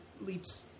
leaps